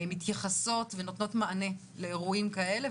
הן נותנות מענה ליורועים כאלה.